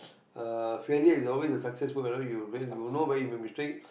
uh failure is always a successful whenever you you know where you make mistake